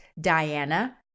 Diana